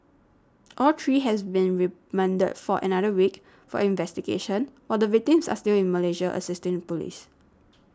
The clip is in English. all three has been remanded for another week for investigations while the victims are still in Malaysia assisting police